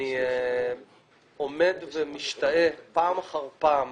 אני עומד ומשתהה פעם אחר פעם